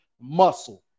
muscle